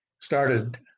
started